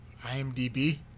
IMDb